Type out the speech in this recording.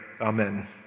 Amen